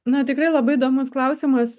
na tikrai labai įdomus klausimas